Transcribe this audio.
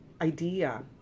idea